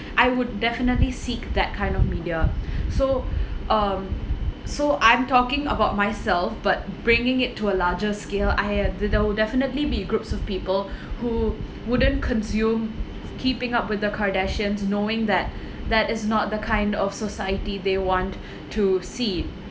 I would definitely seek that kind of media so um so I'm talking about myself but bringing it to a larger scale I had there there will definitely be groups of people who wouldn't consume keeping up with the kardashians knowing that that is not the kind of society they want to see